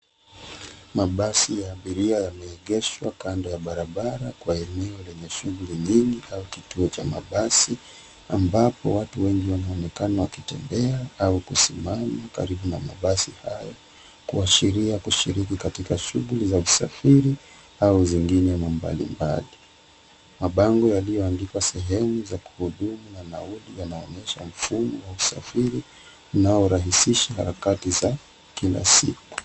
Mabasi ya abiria yameegeshwa kando ya barabara kwa eneo lenye shughuli nyingi au kituo cha mabasi ambapo watu wengi wanaonekana wakitembea au kusimama karibu na mabasi hayo kuashiria kushiriki katika shughuli za usafiri au zingine mbalimbali. Mabango yaliyoandikwa sehemu za kuhudumu na nauli yanaonyesha mfumo wa usafiri unaorahisisha harakati za kila siku.